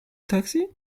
taxi